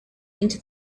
into